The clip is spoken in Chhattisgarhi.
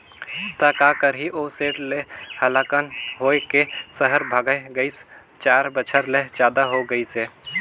त का करही ओ सेठ ले हलाकान होए के सहर भागय गइस, चार बछर ले जादा हो गइसे